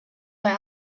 why